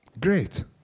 Great